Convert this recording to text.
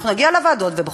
נגיד: אנחנו מתנגדים,